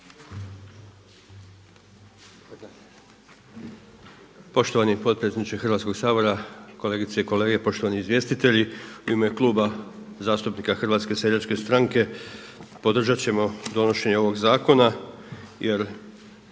Poštovani potpredsjedniče Hrvatskog sabora, kolegice i kolege poštovani izvjestitelji. u ime Kluba zastupnika Hrvatske seljačke stranke podržat ćemo donošenje ovog zakona jer